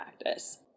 practice